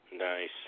Nice